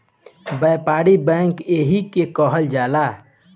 व्यापारिक बैंक एही के कहल जाला